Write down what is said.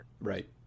Right